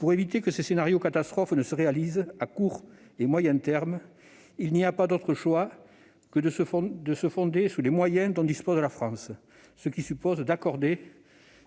la réalisation de ces scénarios catastrophes à court et moyen termes, il n'y a pas d'autres choix que de se fonder sur les moyens dont dispose la France, ce qui suppose d'accorder